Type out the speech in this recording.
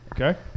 Okay